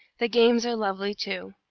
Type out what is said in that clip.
the games are lovely, too.